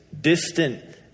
distant